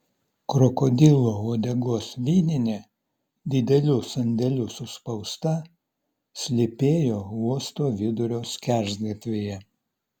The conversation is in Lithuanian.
krokodilo uodegos vyninė didelių sandėlių suspausta slypėjo uosto vidurio skersgatvyje